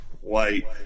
white